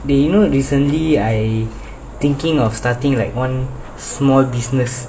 dey you know recently I thinking of starting like one small business